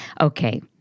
Okay